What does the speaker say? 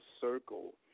circle